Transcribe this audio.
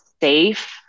safe